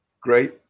great